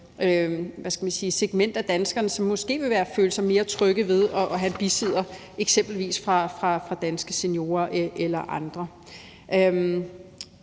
segment af danskerne, som måske vil føle sig mere trygge ved at have en bisidder, eksempelvis fra Danske Seniorer eller andre.